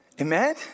Amen